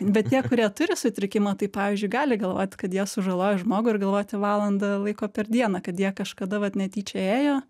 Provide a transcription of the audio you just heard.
bet tie kurie turi sutrikimą tai pavyzdžiui gali galvot kad jie sužalojo žmogų ir galvoti valandą laiko per dieną kad jie kažkada vat netyčia ėjo